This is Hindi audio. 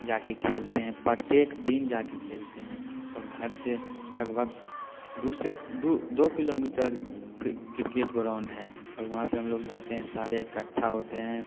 जा के खेलते हैं प्रत्येक दिन जा के खेलते हैं और घर से लगभग दू से दू दो किलोमीटर क्रिकेट ग्राउंड है और वहाँ पर हम लोग जाते हैं सारे इकट्ठा होते हैं